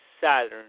Saturn